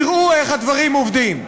תראו איך הדברים עובדים.